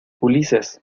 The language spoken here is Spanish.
ulises